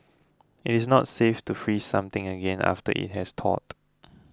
it is not safe to freeze something again after it has thawed